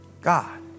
God